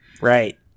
Right